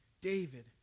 David